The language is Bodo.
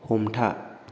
हमथा